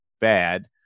bad